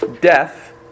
death